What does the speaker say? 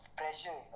pressure